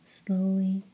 slowly